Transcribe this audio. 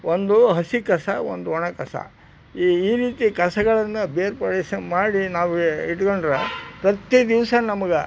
ಒಂದು ಹಸಿಕಸ ಒಂದು ಒಣಕಸ ಈ ಈ ರೀತಿ ಕಸಗಳನ್ನ ಬೇರ್ಪಡಿಸಿ ಮಾಡಿ ನಾವು ಇಟ್ಕಂಡ್ರೆ ಪ್ರತಿ ದಿವಸ ನಮ್ಗೆ